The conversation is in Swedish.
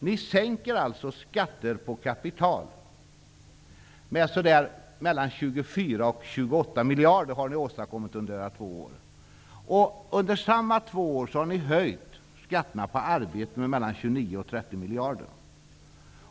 Ni har under era två år sänkt skatter på kapital med mellan 24 och 28 miljarder. Under samma två år har ni höjt skatterna på arbete med mellan 29 och 30 miljarder.